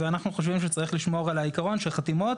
ואנחנו חושבים שצריך לשמור על העיקרון שחתימות